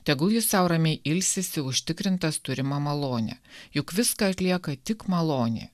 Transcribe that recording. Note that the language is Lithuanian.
tegu jis sau ramiai ilsisi užtikrintas turima malone juk viską atlieka tik malonė